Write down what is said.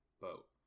boat